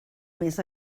més